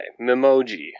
memoji